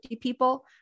people